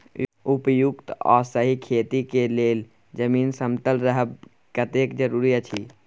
उपयुक्त आ सही खेती के लेल जमीन समतल रहब कतेक जरूरी अछि?